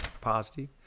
positive